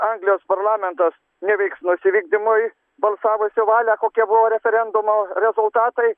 anglijos parlamentas neveiksnus įvykdymui balsavusių valią kokie buvo referendumo rezultatai